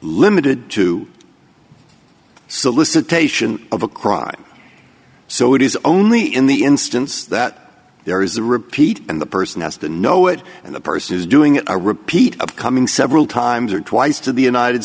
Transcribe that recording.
limited to solicitation of a crime so it is only in the instance that there is a repeat and the person has to know it and the person is doing it a repeat of coming several times or twice to the united